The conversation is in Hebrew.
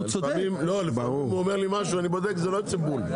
לפעמים הוא אומר לי משהו ואני בודק וזה לא יוצא בול.